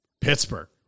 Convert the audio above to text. Pittsburgh